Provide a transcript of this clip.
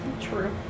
True